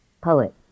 poet